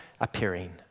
appearing